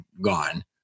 gone